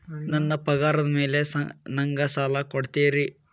ನನ್ನ ಪಗಾರದ್ ಮೇಲೆ ನಂಗ ಸಾಲ ಕೊಡ್ತೇರಿ?